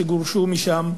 שגורשו משם,